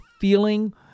feeling